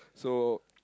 so